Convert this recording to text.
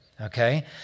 okay